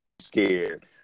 scared